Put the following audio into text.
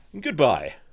goodbye